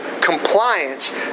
compliance